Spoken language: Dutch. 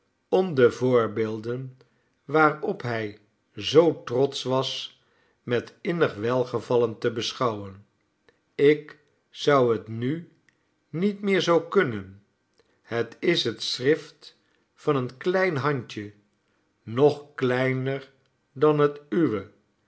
om de voorbeelden waarop hij zoo trotsch was met innig welgevallen te beschouwen ik zou het nu niet meer zoo kunnen het is het schrift van een klein handje nog kleiner dan het uwe